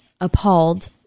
appalled